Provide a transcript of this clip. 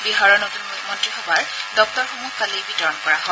বিহাৰৰ নতুন মন্ত্ৰীসভাৰ দপ্তৰসমূহ কালি বিতৰণ কৰা হয়